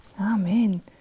Amen